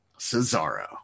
Cesaro